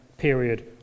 Period